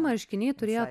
marškiniai turėjo